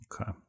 okay